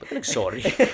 sorry